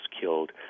killed